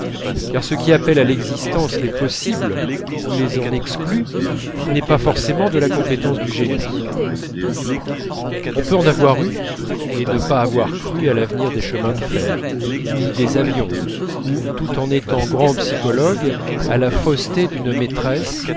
car ce qui appelle à l'existence les possibles ou les en exclut n'est pas forcément de la compétence du génie on peut en avoir eu et ne pas avoir cru à l'avenir des chemins de fer ni des avions ou tout en étant grand psychologue à la fausseté d'une maîtresse